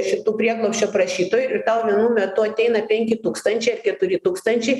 šitų prieglobsčio prašytojų ir tau vienu metu ateina penki tūkstančiai ar keturi tūkstančiai